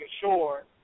sure